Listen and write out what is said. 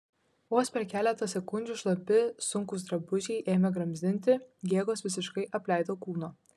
vos per keletą sekundžių šlapi sunkūs drabužiai ėmė gramzdinti jėgos visiškai apleido kūną